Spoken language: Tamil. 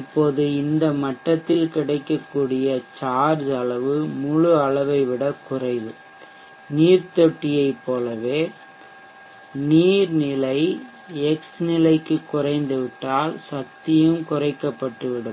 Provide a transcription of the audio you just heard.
இப்போது இந்த மட்டத்தில் கிடைக்கக்கூடிய சார்ஜ் அளவு முழு அளவைவிட குறைவு நீர் தொட்டியைப் போலவே நீர் நிலை x நிலைக்கு குறைந்துவிட்டால் சக்தியும் குறைக்கப்பட்டுவிடும்